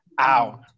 ow